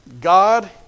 God